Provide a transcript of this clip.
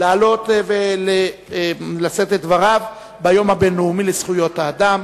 לעלות ולשאת את דבריו ביום הבין-לאומי לזכויות האדם.